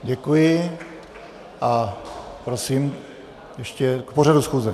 Děkuji a prosím ještě k pořadu schůze.